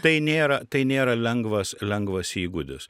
tai nėra tai nėra lengvas lengvas įgūdis